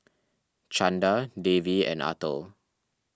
Chanda Devi and Atal